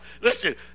Listen